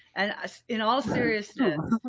ah in all seriousness,